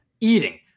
eating